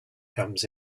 comes